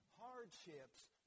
hardships